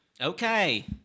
Okay